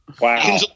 wow